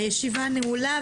הישיבה נעולה.